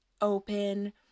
open